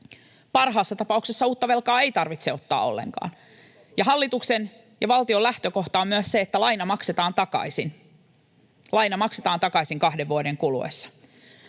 Parhaassa tapauksessa uutta velkaa ei tarvitse ottaa ollenkaan. Ja hallituksen ja valtion lähtökohta on myös se, että laina maksetaan takaisin. Laina maksetaan